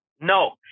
No